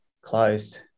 closed